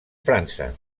frança